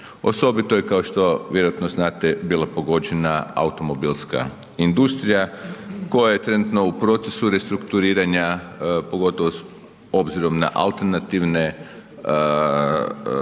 Osobito je kao što vjerojatno znate bila pogođena automobilska industrija koja je trenutno u procesu restrukturiranja pogotovo s obzirom na alternative mogućnosti